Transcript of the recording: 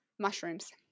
Mushrooms